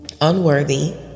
unworthy